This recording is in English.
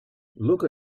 look